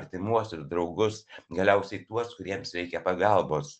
artimuosius draugus galiausiai tuos kuriems reikia pagalbos